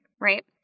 right